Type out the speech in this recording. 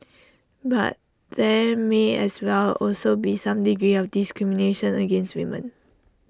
but there may as well also be some degree of discrimination against women